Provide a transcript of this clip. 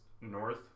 north